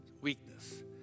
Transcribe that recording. weakness